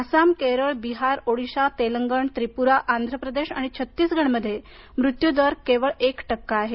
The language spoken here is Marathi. आसाम केरळ बिहार ओडिशा तेलंगण त्रिपुरा आंध्रप्रदेश आणि छत्तीसगडमध्ये मृत्यूदर केवळ एक टक्का आहे